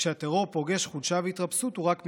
כשהטרור פוגש חולשה והתרפסות הוא רק מתגבר".